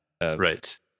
Right